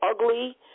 ugly